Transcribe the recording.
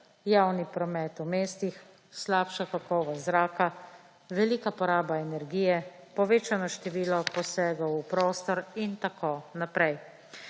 javni promet v mestih, slabša kakovost zraka, velika poraba energije, povečano število posegov v prostor in tako naprej.